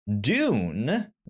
Dune